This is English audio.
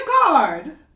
card